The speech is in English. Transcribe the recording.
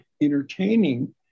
entertaining